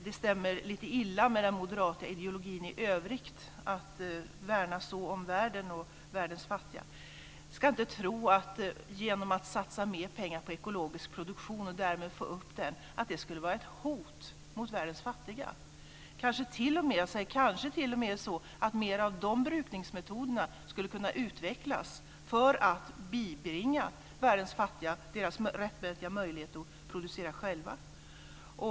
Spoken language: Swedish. Det stämmer lite illa med den moderata ideologin i övrigt att så värna världen och världens fattiga. Vi ska inte tro att det skulle vara ett hot mot världens fattiga att satsa mer pengar på den ekologiska produktionen och därmed få upp den. Det kanske t.o.m. är så att mer av dessa brukningsmetoder skulle kunna utvecklas för att ge världens fattiga deras rättmätiga möjlighet att producera själva.